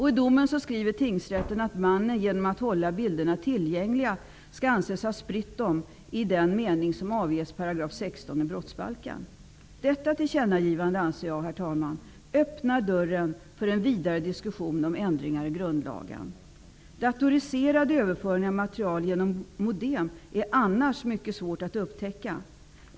I domen skriver tingsrätten att mannen genom att hålla bilderna tillgängliga skall anses ha spritt dem i den mening som anges i 16§ brottsbalken. Herr talman! Jag anser att detta tillkännagivande anser jag öppnar dörren för en vidare diskussion om ändringar i grundlagen. Datoriserad överföring av material genom modem är annars mycket svår att upptäcka.